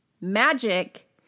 magic